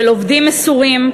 של עובדים מסורים,